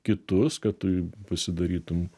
kitus kad tu pasidarytum